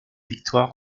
victoire